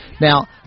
Now